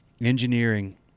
engineering